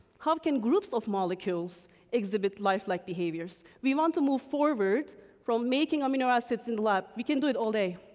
how can groups of molecules exhibit life-like behaviors? we want to move forward from making amino acids in the lab. we can do it all day.